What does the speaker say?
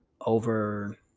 over